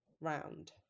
round